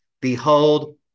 behold